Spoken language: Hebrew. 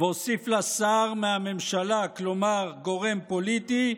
והוסיף לה שר מהממשלה, כלומר גורם פוליטי,